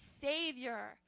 Savior